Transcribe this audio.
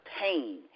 pain